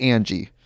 Angie